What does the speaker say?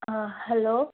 hello